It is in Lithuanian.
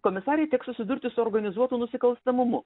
komisarei teks susidurti su organizuotu nusikalstamumu